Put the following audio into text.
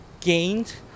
gained